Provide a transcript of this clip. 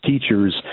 teachers